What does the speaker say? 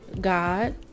God